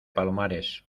palomares